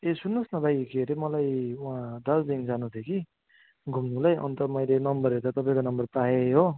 ए सुन्नुहोस् न भाइ के रे मलाई दार्जिलिङ जानु थियो कि घुम्नुलाई अन्त मैले नम्बर हेर्दा तपाईँको नम्बर पाएँ हो